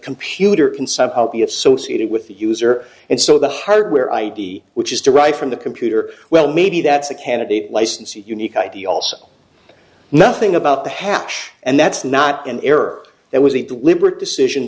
computer can somehow be associated with the user and so the hardware id which is derived from the computer well maybe that's a candidate license unique id also nothing about to happen and that's not an error it was a deliberate decision